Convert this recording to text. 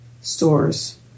stores